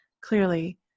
clearly